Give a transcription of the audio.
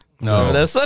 No